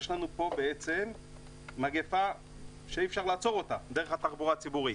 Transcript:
יש לנו מגיפה שאי אפשר לעצור אותה דרך התחבורה הציבורית.